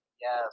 yes